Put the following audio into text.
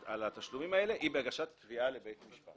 התשלומים האלה היא בהגשת תביעה לבית משפט.